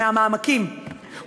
מהמעמקים,